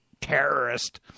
terrorist